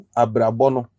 abrabono